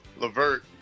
Levert